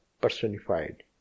personified